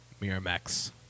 Miramax